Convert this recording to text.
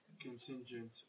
contingent